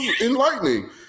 enlightening